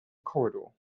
corridor